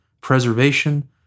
preservation